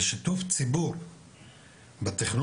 ובשיתוף ציבור בתכנון,